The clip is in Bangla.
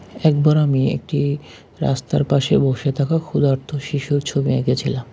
একবার আমি একটি রাস্তার পাশে বসে থাকা ক্ষুধার্ত শিশুর ছবি এঁকেছিলাম